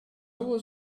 was